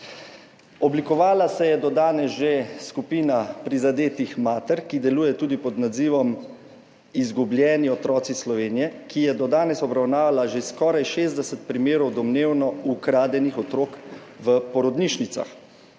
Oblikovala se je do danes že skupina prizadetih mater, ki deluje tudi pod nazivom Izgubljeni otroci iz Slovenije, ki je do danes obravnavala že skoraj 60 primerov domnevno ukradenih otrok v porodnišnicah.